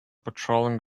patrolling